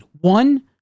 One